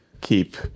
keep